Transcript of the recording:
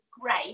great